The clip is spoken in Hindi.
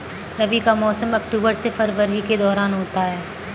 रबी का मौसम अक्टूबर से फरवरी के दौरान होता है